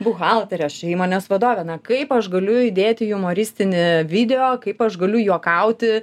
buhalterė aš čia įmonės vadovė na kaip aš galiu įdėti jumoristinį video kaip aš galiu juokauti